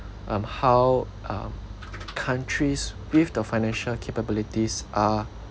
um how uh countries with the financial capabilities are